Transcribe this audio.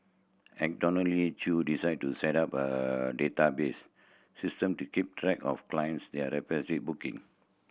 Chew decided to set up a database system to keep track of clients their booking